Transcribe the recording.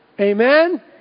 Amen